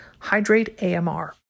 HYDRATEAMR